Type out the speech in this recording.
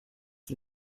die